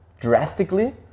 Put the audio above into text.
drastically